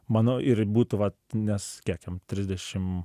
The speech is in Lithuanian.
mano ir būtų va nes kiek jam trisdešim